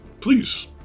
Please